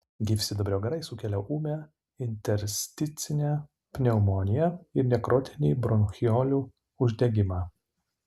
gyvsidabrio garai sukelia ūmią intersticinę pneumoniją ir nekrotinį bronchiolių uždegimą